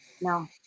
No